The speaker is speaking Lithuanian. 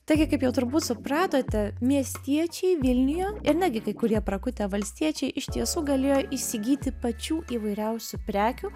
taigi kaip jau turbūt supratote miestiečiai vilniuje ir netgi kai kurie prakutę valstiečiai iš tiesų galėjo įsigyti pačių įvairiausių prekių